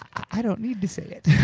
i don't need to say it.